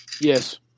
Yes